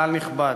קהל נכבד,